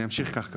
ואני אמשיך כך.